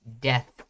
death